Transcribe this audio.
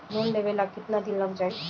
Loan लेबे ला कितना दिन लाग जाई?